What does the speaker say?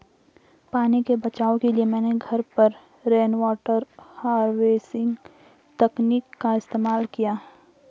पानी के बचाव के लिए मैंने घर पर रेनवाटर हार्वेस्टिंग तकनीक का इस्तेमाल किया है